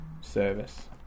service